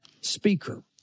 speaker